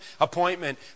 appointment